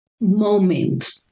moment